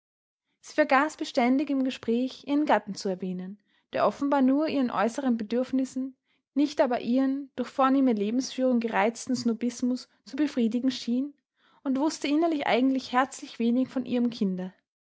sie vergaß beständig im gespräch ihren gatten zu erwähnen der offenbar nur ihren äußeren bedürfnissen nicht aber ihren durch vornehme lebensführung gereizten snobismus zu befriedigen schien und wußte innerlich eigentlich herzlich wenig von ihrem kinde